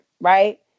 right